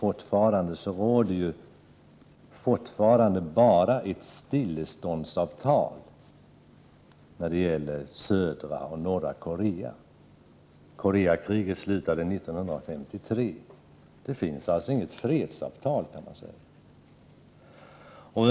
Fortfarande råder endast ett stilleståndsavtal mellan södra och norra Korea. Koreakriget slutade 1953. Det finns således inget fredsavtal, kan man säga.